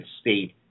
state